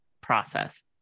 process